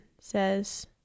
says